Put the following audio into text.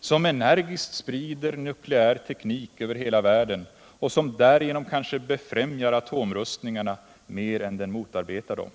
som energiskt sprider nukleär teknik över hela världen och som därigenom kanske befrämjar atomrustningarna mer än den motarbetar dem.